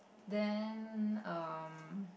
then um